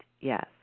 Yes